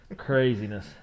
craziness